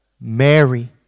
Mary